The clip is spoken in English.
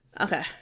Okay